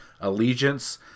Allegiance